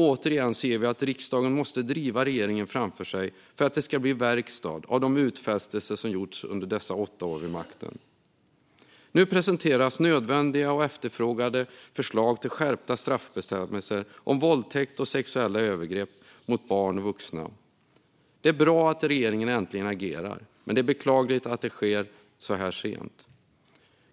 Återigen ser vi att riksdagen måste driva regeringen framför sig för att det ska bli verkstad av de utfästelser som gjorts under dessa åtta år vid makten. Nu presenteras nödvändiga och efterfrågade förslag om skärpta straffbestämmelser om våldtäkt och sexuella övergrepp mot barn och vuxna. Det är bra att regeringen äntligen agerar, men det är beklagligt att det sker så här sent.